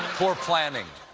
poor planning.